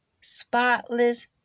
spotless